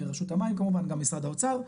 גם רשות המים כמובן גם משרד האוצר,